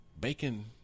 Bacon